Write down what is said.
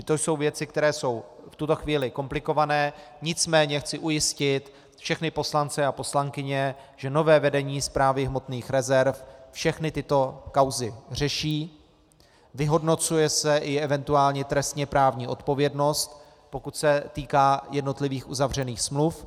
To jsou věci, které jsou v tuto chvíli komplikované, nicméně chci ujistit všechny poslance a poslankyně, že nové vedení Správy hmotných rezerv všechny tyto kauzy řeší, vyhodnocuje se i eventuální trestněprávní odpovědnost, pokud se týká jednotlivých uzavřených smluv.